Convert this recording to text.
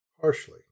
harshly